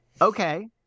Okay